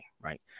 right